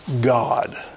God